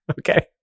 Okay